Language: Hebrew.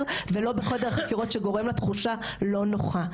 ולא בחדר החקירות שגורם לה לתחושה לא נוחה,